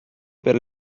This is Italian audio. per